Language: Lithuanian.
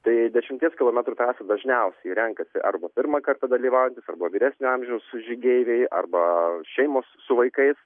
tai dešimties kilometrų trasą dažniausiai renkasi arba pirmą kartą dalyvaujantys arba vyresnio amžiaus žygeiviai arba šeimos su vaikais